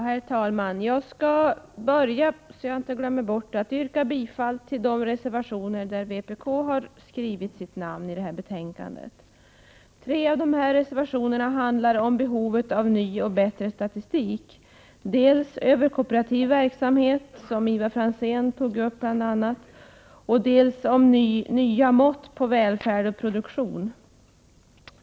Herr talman! Jag skall börja med att yrka bifall till de reservationer som vpk är delaktigt i och som är fogade till detta betänkande. Tre av dessa reservationer handlar om behovet av ny och bättre statistik, dels över kooperativ verksamhet, som bl.a. Ivar Franzén har tagit upp, dels över nya mått på välfärd och produktion.